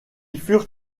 furent